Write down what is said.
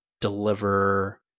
deliver